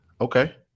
Okay